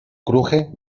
cruje